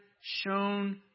shown